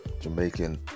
Jamaican